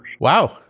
Wow